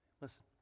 Listen